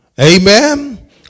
Amen